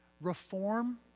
reform